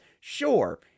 Sure